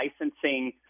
licensing